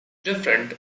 different